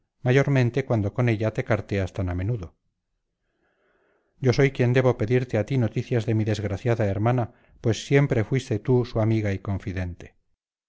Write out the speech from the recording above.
mayormente cuando con ella te carteas tan a menudo yo soy quien debo pedirte a ti noticias de mi desgraciada hermana pues siempre fuiste tú su amiga y confidente